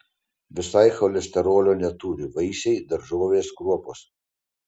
visai cholesterolio neturi vaisiai daržovės kruopos